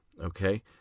okay